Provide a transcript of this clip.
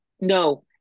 No